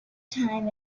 time